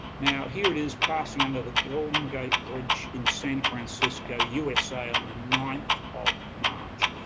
now, here it is passing under the golden gate bridge in san francisco, usa, on the ninth of march.